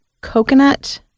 coconut